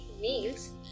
meals